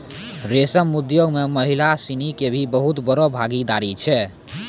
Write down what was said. रेशम उद्योग मॅ महिला सिनि के भी बहुत बड़ो भागीदारी छै